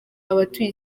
abatuye